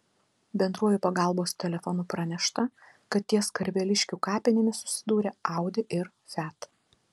bendruoju pagalbos telefonu pranešta kad ties karveliškių kapinėmis susidūrė audi ir fiat